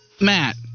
Matt